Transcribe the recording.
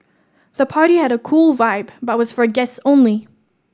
the party had a cool vibe but was for guest only